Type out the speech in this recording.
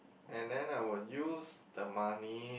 and then I will use the money